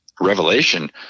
revelation